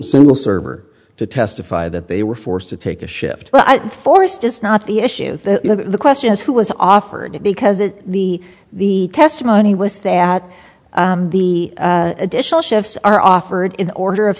single server to testify that they were forced to take a shift forest is not the issue the question is who was offered it because it the the testimony was that the additional shifts are offered in order of